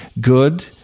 good